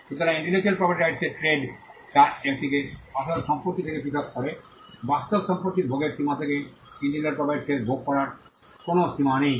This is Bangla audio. সুতরাং এটি ইন্টেলেকচুয়াল প্রপার্টি রাইটস এর ট্রেড যা এটিকে আসল সম্পত্তি থেকে পৃথক করে বাস্তব সম্পত্তির ভোগের সীমা থাকে ইন্টেলেকচুয়াল প্রপার্টি রাইটস এর ভোগ করার কোনও সীমা নেই